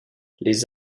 les